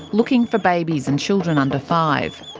looking for babies and children under five.